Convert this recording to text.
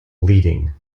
bleeding